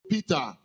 Peter